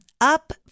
Up